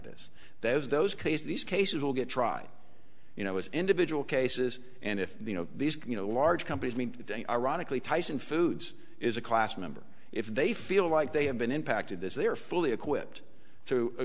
this that is those cases these cases will get try you know as individual cases and if you know these large companies mean that they ironically tyson foods is a class member if they feel like they have been impacted this they are fully equipped to